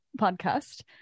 podcast